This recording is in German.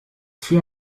für